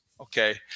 Okay